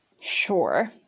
Sure